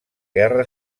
guerra